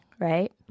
right